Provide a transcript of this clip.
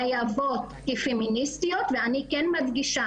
חייבות כפמיניסטיות ואני כן מדגישה